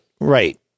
right